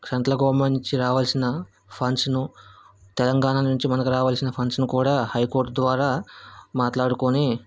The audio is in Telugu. సెంట్రల్ గవర్నమెంట్ నుంచి రావాల్సిన ఫండ్స్ను తెలంగాణ నుంచి మనకు రావాల్సిన ఫండ్స్ను కూడా హై కోర్టు ద్వారా మాట్లాడుకోని